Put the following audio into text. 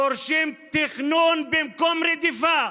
דורשים תכנון במקום רדיפה,